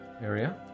area